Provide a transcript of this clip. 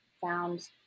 found